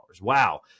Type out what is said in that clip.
Wow